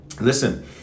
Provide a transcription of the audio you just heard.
Listen